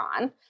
on